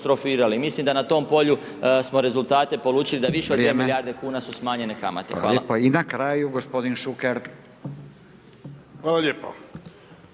Mislim da na tom polju smo rezultate polučili da više od 2 milijarde kuna su smanjenje kamate. Hvala. **Radin, Furio (Nezavisni)** Vrijeme. Hvala lijepa.